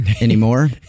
anymore